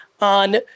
on